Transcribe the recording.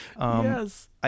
Yes